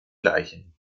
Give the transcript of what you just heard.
gleichen